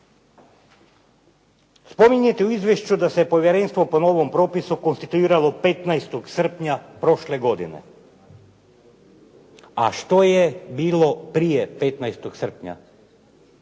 Spominjete u izvješću da se povjerenstvo po novom propisu konstituiralo 15. srpnja prošle godine, a što je bilo prije 15. srpnja?